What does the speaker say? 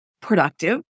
productive